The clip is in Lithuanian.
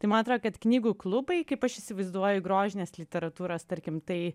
tai man atrodo kad knygų klubai kaip aš įsivaizduoju grožinės literatūros tarkim tai